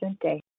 day